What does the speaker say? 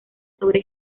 sobre